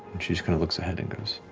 she just kind of looks ahead and goes,